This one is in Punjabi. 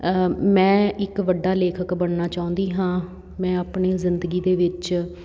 ਮੈਂ ਇੱਕ ਵੱਡਾ ਲੇਖਕ ਬਣਨਾ ਚਾਹੁੰਦੀ ਹਾਂ ਮੈਂ ਆਪਣੀ ਜ਼ਿੰਦਗੀ ਦੇ ਵਿੱਚ